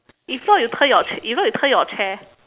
if not you turn your ch~ if not you turn your chair